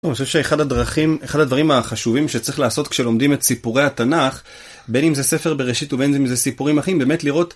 אני חושב שאחד הדרכים, אחד הדברים החשובים שצריך לעשות כשלומדים את סיפורי התנ״ך בין אם זה ספר בראשית ובין אם זה סיפורים אחרים באמת לראות